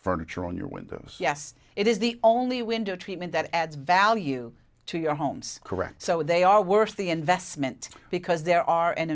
furniture on your windows yes it is the only window treatment that adds value to your homes correct so they are worth the investment because there are an